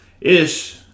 ish